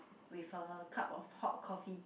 with a cup of hot coffee